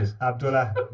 Abdullah